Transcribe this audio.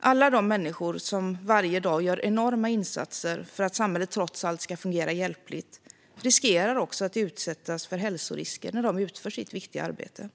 Alla de människor som varje dag gör enorma insatser för att samhället trots allt ska fungera hjälpligt riskerar också att utsättas för hälsorisker när de utför sitt viktiga arbete.